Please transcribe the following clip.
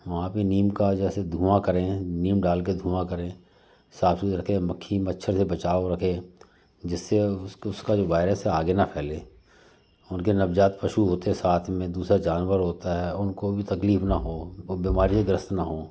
वहाँ पे नीम का जैसे धुआँ करें नीम डाल के धुआँ करें साफ सुथरा रखें मक्खी मच्छर से बचाव रखें जिससे उसको उसका जो वायरस है आगे न फैले उनके नवजात पशु होते है साथ में दूसरा जानवर होता है उनको भी तकलीफ न हो वो बीमारी ग्रस्त न हो